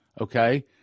Okay